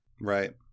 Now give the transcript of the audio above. Right